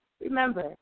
remember